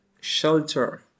shelter